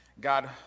God